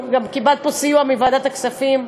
גם קיבלת פה סיוע מוועדת הכספים,